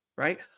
Right